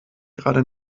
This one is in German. gerade